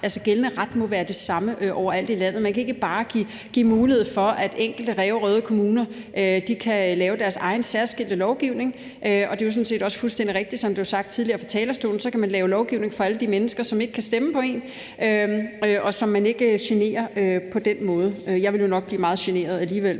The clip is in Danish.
gældende ret må være det samme over alt i landet. Man kan ikke bare give mulighed for, at enkelte ræverøde kommuner kan lave deres egen særskilte lovgivning. Og det er jo sådan set også fuldstændig rigtigt, som det blev sagt tidligere her fra talerstolen, at så kan man lave lovgivning for alle de mennesker, som ikke kan stemme på en, og som man så generer på den måde. Jeg ville nok blive meget generet, hvis det